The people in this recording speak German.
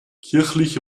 kirchlich